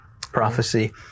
prophecy